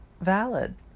valid